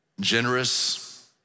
generous